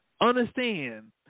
Understand